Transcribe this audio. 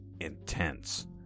intense